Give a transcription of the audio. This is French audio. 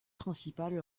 principal